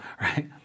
right